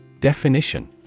Definition